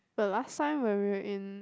the last time when we were in